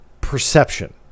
perception